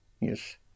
yes